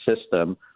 system